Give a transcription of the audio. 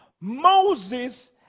Moses